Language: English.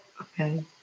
Okay